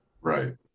Right